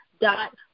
dot